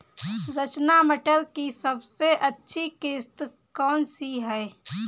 रचना मटर की सबसे अच्छी किश्त कौन सी है?